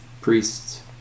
priests